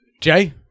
jay